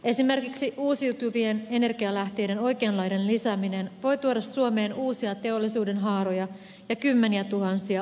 esimerkiksi uusiutuvien energianlähteiden oikeanlainen lisääminen voi tuoda suomeen uusia teollisuudenhaaroja ja kymmeniätuhansia uusia työpaikkoja